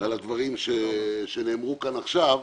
על הדברים שנאמרו כאן עכשיו,